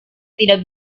tidak